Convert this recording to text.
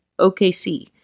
OKC